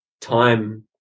time